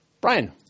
Brian